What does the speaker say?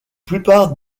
plupart